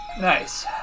Nice